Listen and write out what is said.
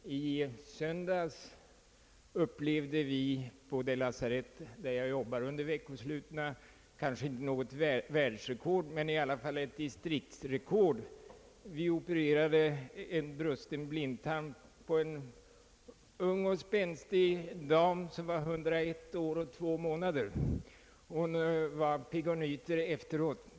I söndags upplevde vi på det lasarett, där jag arbetar under veckosluten, om inte ett världsrekord så dock ett distriktsrekord: vi opererade en brusten blindtarm på en ungdomlig och spänstig dam på 101 år och 2 månader. Hon var pigg och nyter efteråt.